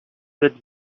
that